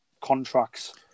contracts